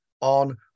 on